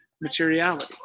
materiality